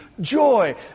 joy